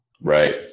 Right